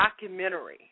documentary